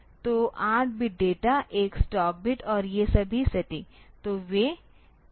तो 8 bit data 1 stop bit और ये सभी सेटिंग्स